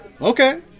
Okay